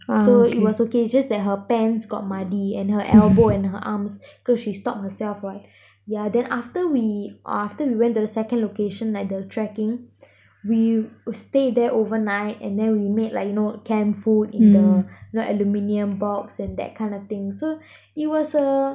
so it was okay it's just that her pants got muddy and her elbow and her arms cause she stopped herself [what] yeah then after we after we went to the second location like the trekking we stay there overnight and then we made like you know camp food in the you know aluminium box and that kind of thing so it was a